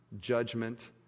judgment